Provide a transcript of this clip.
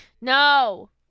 No